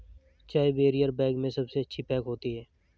चाय barrier bag में सबसे अच्छी पैक होती है